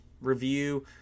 review